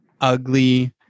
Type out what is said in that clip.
ugly –